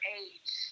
age